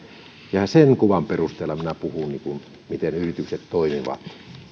ja sen kuvan perusteella minä puhun miten yritykset toimivat